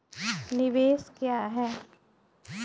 निवेश क्या है?